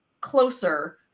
closer